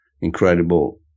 incredible